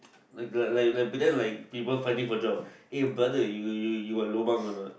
like the like like pretend like people finding for jobs eh brother you you you got lobang or not